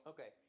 Okay